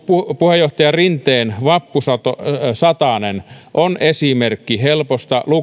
puheenjohtaja rinteen vappusatanen on esimerkki helposta